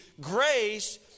grace